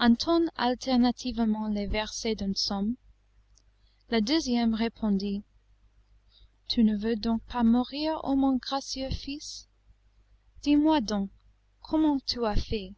entonnent alternativement les versets d'un psaume la deuxième répondit tu ne veux donc pas mourir ô mon gracieux fils dis-moi donc comment tu as fait